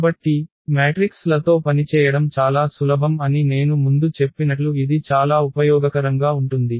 కాబట్టి మ్యాట్రిక్స్ లతో పనిచేయడం చాలా సులభం అని నేను ముందు చెప్పినట్లు ఇది చాలా ఉపయోగకరంగా ఉంటుంది